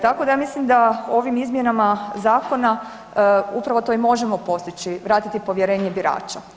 Tako da ja mislim da ovim izmjenama zakona upravo to i možemo postići, vratiti povjerenje birača.